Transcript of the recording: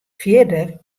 fierder